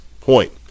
point